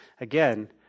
Again